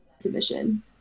submission